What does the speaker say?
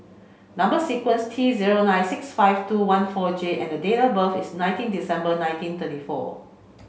number sequence T zero nine six five two one four J and date of birth is nineteen December nineteen thirty four